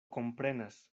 komprenas